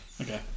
Okay